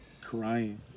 Crying